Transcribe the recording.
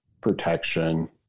protection